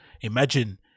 imagine